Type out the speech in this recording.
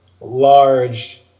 large